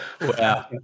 wow